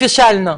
שפישלנו?